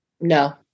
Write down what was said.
No